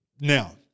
Now